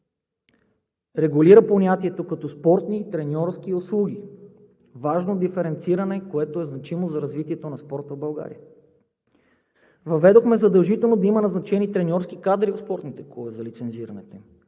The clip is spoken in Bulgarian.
регулира понятието „спортни и треньорски услуги“. Това е важно диференциране, което е значимо за развитието на спорта в България; - въведохме задължително да има назначени треньорски кадри в спортните клубове за лицензирането